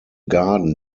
garden